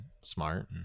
smart